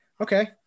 okay